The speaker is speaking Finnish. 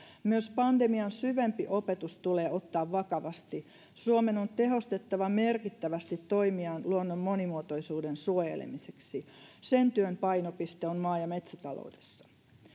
myös pandemian syvempi opetus tulee ottaa vakavasti suomen on tehostettava merkittävästi toimiaan luonnon monimuotoisuuden suojelemiseksi sen työn painopiste on maa ja metsätaloudessa